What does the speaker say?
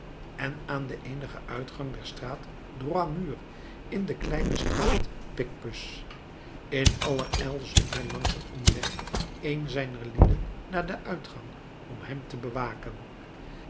en aan den eenigen uitgang der straat droit mur in de kleine straat picpus in allerijl zond hij langs een omweg een zijner lieden naar den uitgang om hem te bewaken